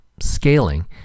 scaling